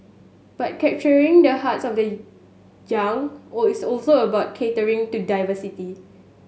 but capturing the hearts of the young all is also about catering to diversity